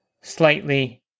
slightly